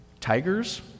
Tigers